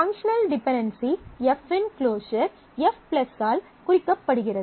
functional dependency F இன் closure F ஆல் குறிக்கப்படுகிறது